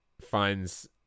finds